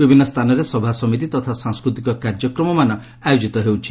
ବିଭିନ୍ଦ ସ୍ଥାନରେ ସଭାସମିତି ତଥା ସାଂସ୍କୃତିକ କାର୍ଯ୍ୟକ୍ରମମାନ ଅନୁଷିତ ହେଉଛି